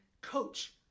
coach